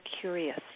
curious